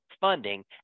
funding